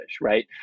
right